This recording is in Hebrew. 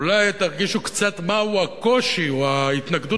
אולי תרגישו קצת מהו הקושי או ההתנגדות